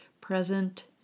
present